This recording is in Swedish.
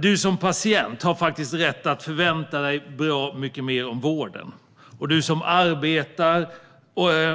Du som patient har faktiskt rätt att förvänta dig bra mycket mer av vården. Och du som arbetar,